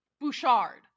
bouchard